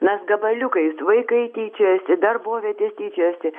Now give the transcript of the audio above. mes gabaliukais vaikai tyčiojasi darbovietė tyčiojasi